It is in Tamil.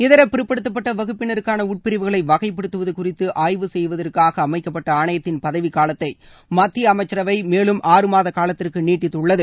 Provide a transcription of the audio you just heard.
இதர பிற்படுத்தப்பட்ட வகுப்பினருக்கான உட்பிரிவுகளை வகைப்படுத்துவது குறித்து ஆய்வு செய்வதற்காக அமைக்கப்பட்ட ஆணையத்தின் பதவிகாலத்தை மத்திய அமைச்சரவை மேலும் ஆறு மாத காலத்திற்கு நீட்டித்துள்ளது